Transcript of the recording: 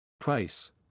Price